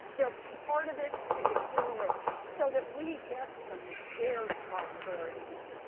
they're part of it to begin with so that we get some shared prosperity here.